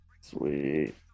Sweet